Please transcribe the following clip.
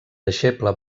deixeble